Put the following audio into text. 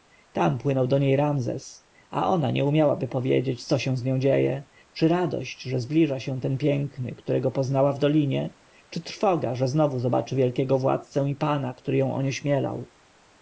tam płynął do niej ramzes a ona nie umiałaby powiedzieć co się z nią dzieje czy radość że zbliża się ten piękny którego poznała w dolinie czy trwoga że znowu zobaczy wielkiego władcę i pana który ją onieśmielał